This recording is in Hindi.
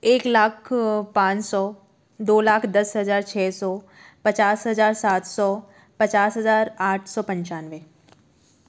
एक लाख पाँच सौ दो लाख दस हजार छः सौ पचास हजार सात सौ पचास हजार आठ सौ पंचानवे